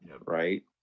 right